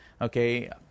Okay